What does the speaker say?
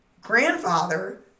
grandfather